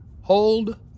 Hold